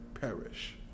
perish